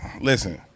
listen